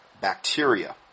bacteria